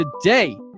today